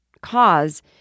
cause